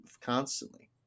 constantly